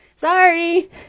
Sorry